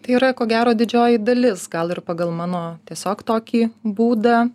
tai yra ko gero didžioji dalis gal ir pagal mano tiesiog tokį būdą